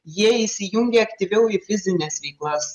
jie įsijungia aktyviau į fizines veiklas